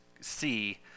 see